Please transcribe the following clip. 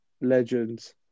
Legends